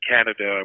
Canada